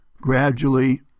Gradually